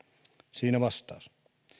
siinä vastaus